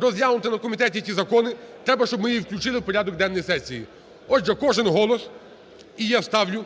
розглянути на комітеті ці закони. Треба, щоб ми їх включили в порядок денний сесії. Отже, кожен голос. І я ставлю